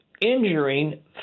injuring